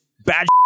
Bad